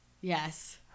yes